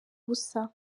ubusa